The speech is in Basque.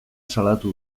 salatu